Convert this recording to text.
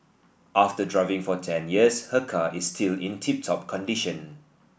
after driving for ten years her car is still in tip top condition